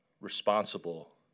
responsible